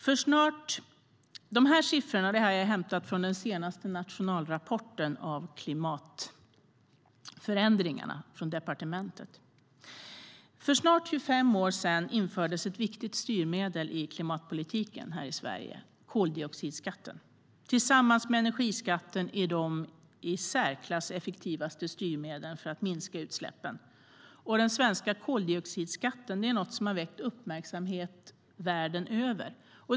Jag har hämtat siffrorna från den senaste nationalrapporten om klimatförändringarna från departementet. För snart 25 år sedan infördes ett viktigt styrmedel i klimatpolitiken här i Sverige - koldioxidskatten. Tillsammans med energiskatten är den i särklass det effektivaste styrmedlet för att minska utsläppen. Den svenska koldioxidskatten är något som har väckt uppmärksamhet världen över.